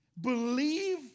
Believe